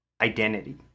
identity